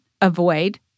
avoid